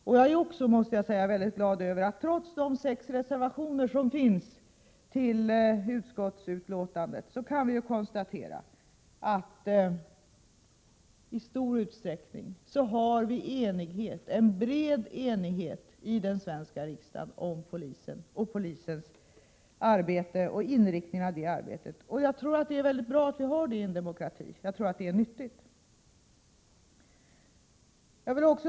Jag måste också säga att jag är glad över att trots de sex reservationer som finns fogade till utskottsutlåtandet kunna konstatera att vi i stor utsträckning har en bred enighet i den svenska riksdagen om polisen och polisarbetet och inriktningen av detta. Jag tror nämligen att det är väldigt nyttigt att ha det i en demokrati. Fru talman!